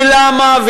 ולמה?